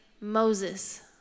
Moses